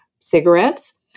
cigarettes